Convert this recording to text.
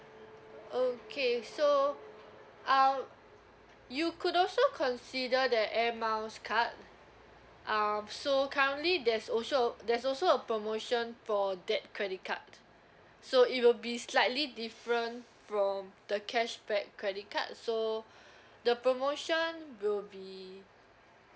okay so um you could also consider the air miles card um so currently there's also there's also a promotion for that credit card so it will be slightly different from the cashback credit card so the promotion will be